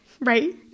right